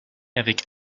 avec